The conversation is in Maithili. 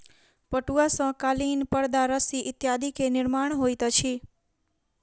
पटुआ सॅ कालीन परदा रस्सी इत्यादि के निर्माण होइत अछि